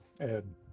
Ed